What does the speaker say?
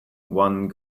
one